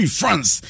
france